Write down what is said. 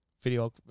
video